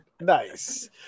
Nice